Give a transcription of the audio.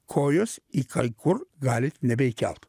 kojos į kai kur galit nebekelt